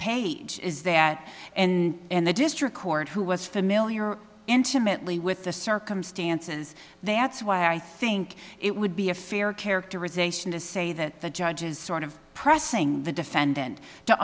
page is that and the district court who was familiar intimately with the circumstances they it's why i think it would be a fair characterization to say that the judge is sort of pressing the defendant to